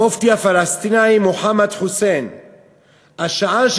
המופתי הפלסטיני מוחמד חוסיין: השעה של